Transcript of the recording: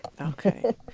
Okay